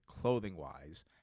clothing-wise